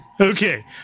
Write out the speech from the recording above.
Okay